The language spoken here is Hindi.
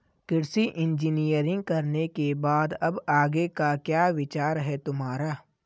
कृषि इंजीनियरिंग करने के बाद अब आगे का क्या विचार है तुम्हारा?